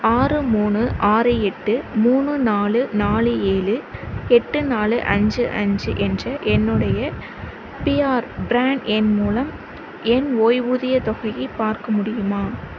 ஆறு மூணு ஆறு எட்டு மூணு நாலு நாலு ஏழு எட்டு நாலு அஞ்சு அஞ்சு என்ற எண்ணுடைய பி ஆர் ப்ரான் எண் மூலம் என் ஓய்வூதியத் தொகையை பார்க்க முடியுமா